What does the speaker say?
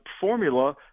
formula